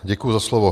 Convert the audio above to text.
Děkuji za slovo.